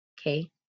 Okay